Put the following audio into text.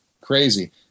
crazy